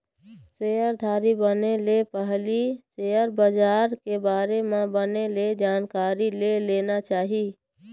सेयरधारी बने ले पहिली सेयर बजार के बारे म बने ले जानकारी ले लेना चाही